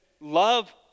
love